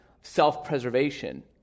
self-preservation